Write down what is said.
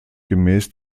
gemäß